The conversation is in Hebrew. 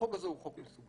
החוק הזה הוא חוק מסובך.